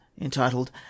entitled